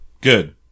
Good